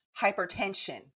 hypertension